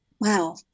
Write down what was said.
wow